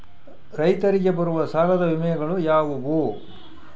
ರೈತರಿಗೆ ಬರುವ ಸಾಲದ ವಿಮೆಗಳು ಯಾವುವು?